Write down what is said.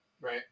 right